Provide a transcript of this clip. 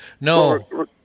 No